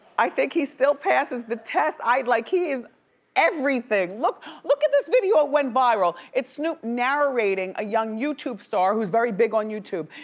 i think he still passes the test. like he is everything. look look at this video, it went viral. it's snoop narrating a young youtube star, who's very big on youtube.